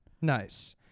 Nice